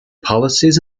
policies